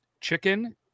Chicken